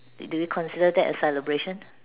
do you consider that as celebration